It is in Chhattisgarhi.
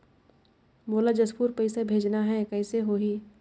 मोला जशपुर पइसा भेजना हैं, कइसे होही?